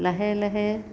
লাহে লাহে